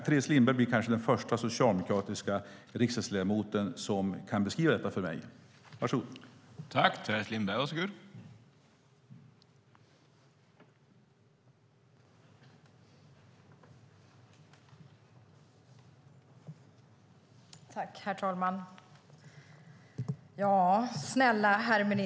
Teres Lindberg blir kanske den första socialdemokratiska riksdagsledamot som kan beskriva det här för mig - var så god!